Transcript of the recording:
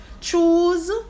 Choose